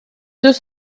deux